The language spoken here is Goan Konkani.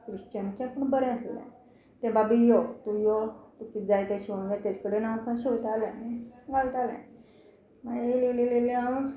क्रिश्चनाचें पूण बरें आसलें ते बाबी यो तूं यो तुका कितें जाय तें शिवंक जाय तेजे कडेन वचून शिंवतालें आनी घालतालें मागीर इल्लें इल्लें इल्लें इल्लें हांव